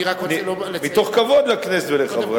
מתוך כבוד לכנסת ולחברי הכנסת,